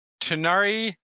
Tanari